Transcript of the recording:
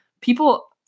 people